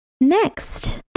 next